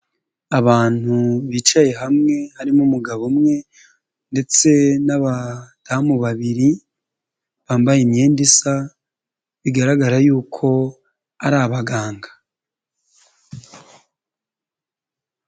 Abantu bicaye hamwe harimo umugabo umwe, ndetse n'abadamu babiri, bambaye imyenda isa, bigaragara yuko ari abaganga.